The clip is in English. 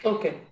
Okay